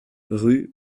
rue